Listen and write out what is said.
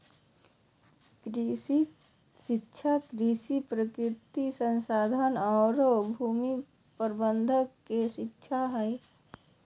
कृषि शिक्षा कृषि, प्राकृतिक संसाधन औरो भूमि प्रबंधन के शिक्षा हइ